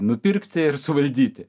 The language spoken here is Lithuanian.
nupirkti ir suvaldyti